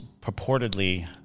purportedly